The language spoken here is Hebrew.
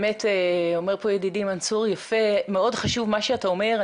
אומר פה ידידי מנסור, מאוד חשוב מה שאתה אומר.